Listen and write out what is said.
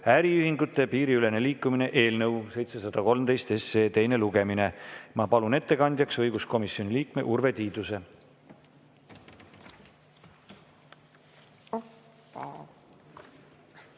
(äriühingute piiriülene liikumine) eelnõu 713 teine lugemine. Ma palun ettekandjaks õiguskomisjoni liikme Urve Tiiduse.